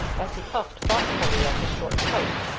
as he puffed thoughtfully at his short pipe.